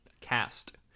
cast